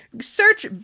Search